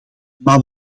maar